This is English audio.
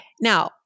Now